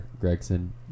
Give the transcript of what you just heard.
Gregson